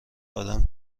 آدم